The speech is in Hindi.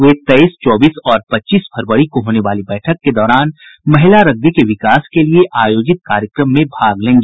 वे तेईस चौबीस और पच्चीस फरवरी को होने वाली बैठक के दौरान महिला रग्बी के विकास के लिए आयोजित कार्यक्रम में भाग लेंगी